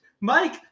Mike